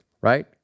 right